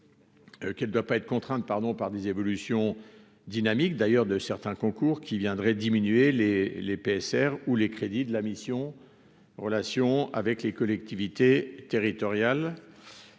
Qu'elle doit pas être contraintes pardon par des évolutions dynamiques d'ailleurs de certains concours qui viendrait diminuer les les PSR ou les crédits de la mission Relations avec les collectivités territoriales,